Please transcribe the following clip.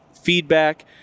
feedback